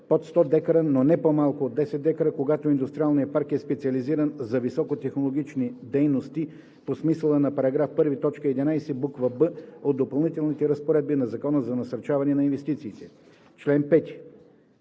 под 100 дка, но не по-малко от 10 дка, когато индустриалният парк е специализиран за високотехнологични дейности по смисъла на § 1, т. 11, буква „б“ от допълнителните разпоредби на Закона за насърчаване на инвестициите.“